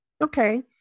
okay